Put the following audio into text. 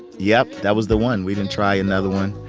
yep. that was the one. we didn't try another one.